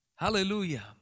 Hallelujah